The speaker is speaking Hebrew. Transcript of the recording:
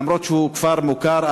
למרות שהוא כפר מוכר,